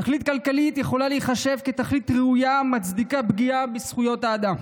תכלית כלכלית יכולה להיחשב כתכלית ראויה המצדיקה פגיעה בזכויות האדם",